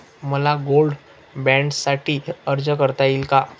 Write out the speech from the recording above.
मला गोल्ड बाँडसाठी अर्ज करता येईल का?